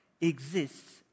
exists